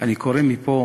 אני קורא מפה